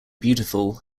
beautiful